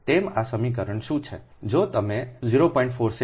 તમે આ સમીકરણ શું કરો છો તમે 0